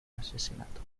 asesinato